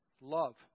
Love